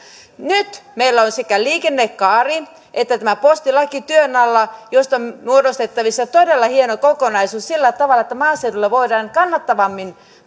nyt meillä on sekä liikennekaari että tämä postilaki työn alla ja niistä on muodostettavissa todella hieno kokonaisuus sillä tavalla että maaseudulla voidaan kannattavammin